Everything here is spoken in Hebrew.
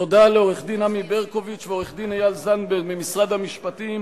תודה לעורך-דין עמי ברקוביץ ולעורך-דין איל זנדברג ממשרד המשפטים,